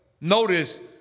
notice